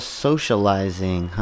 socializing